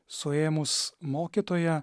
suėmus mokytoją